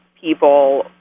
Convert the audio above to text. people